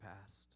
past